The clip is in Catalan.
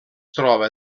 troba